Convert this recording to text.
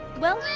well.